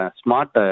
smart